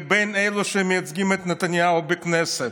לבין אלו שמייצגים את נתניהו בכנסת?